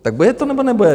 Tak bude to, nebo nebude?